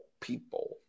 people